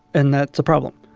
and that's a problem.